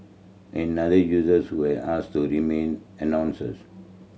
another users who has asked to remain announcers